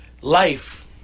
life